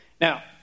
Now